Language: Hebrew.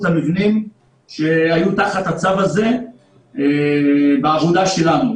המבנים שהיו תחת הצו הזה בעבודה שלנו.